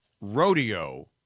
rodeo